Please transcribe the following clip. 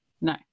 No